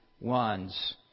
ones